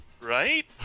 Right